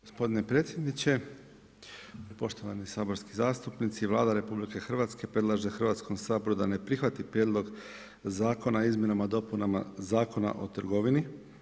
Gospodine predsjedniče, poštovane saborske zastupnici, Vlada RH predlaže Hrvatskom saboru da ne prihvati prijedlog Zakona o izmjenama i dopunama Zakona o trgovini.